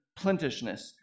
plentishness